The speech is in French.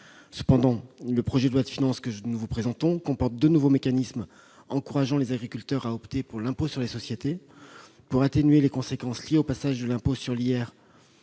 Cependant, le projet de loi de finances que nous vous présentons comporte deux nouveaux mécanismes encourageant les agriculteurs à opter pour l'impôt sur les sociétés, pour atténuer les conséquences liées au passage de l'impôt sur le